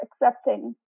accepting